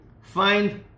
find